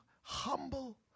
humble